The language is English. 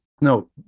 No